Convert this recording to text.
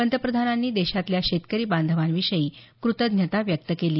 पंतप्रधानांनी देशातल्या शेतकरी बांधवांविषयी कृतज्ञता व्यक्त केली